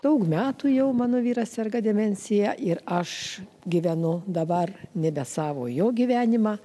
daug metų jau mano vyras serga demencija ir aš gyvenu dabar nebe savo o jo gyvenimą